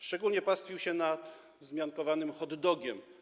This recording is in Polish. Szczególnie pastwił się nad wzmiankowanym hot dogiem.